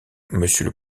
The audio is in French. monsieur